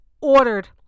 ordered